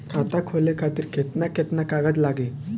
खाता खोले खातिर केतना केतना कागज लागी?